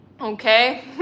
Okay